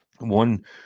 One